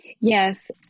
Yes